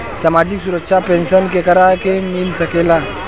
सामाजिक सुरक्षा पेंसन केकरा के मिल सकेला?